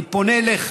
אני פונה אליך: